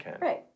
Right